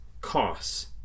costs